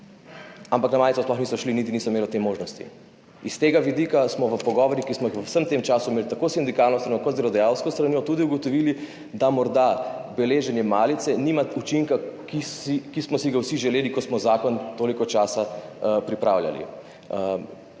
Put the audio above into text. ampak na malico sploh niso šli, niti niso imeli te možnosti. S tega vidika smo v pogovorih, ki smo jih v vsem tem času imeli tako s sindikalno stranjo kot z delodajalsko stranjo, tudi ugotovili, da morda beleženje malice nima učinka, ki smo si ga vsi želeli, ko smo zakon toliko časa pripravljali.